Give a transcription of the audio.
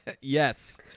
Yes